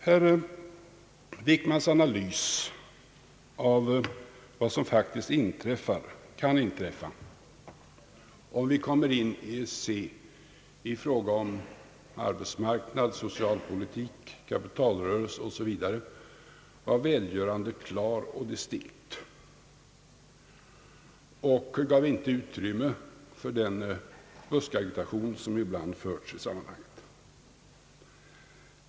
Herr Wickmans analys av vad som faktiskt kan inträffa om vi kommer in i EEC i fråga om arbetsmarknad, socialpolitik, kapitalrörelse, osv. var välgörande klar och distinkt och gav inte utrymme för den buskagitation, som ibland har förts i sammanhanget.